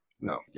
no